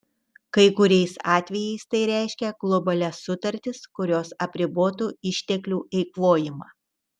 kai kuriais atvejais tai reiškia globalias sutartis kurios apribotų išteklių eikvojimą